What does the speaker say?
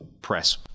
press